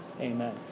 amen